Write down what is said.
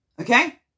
Okay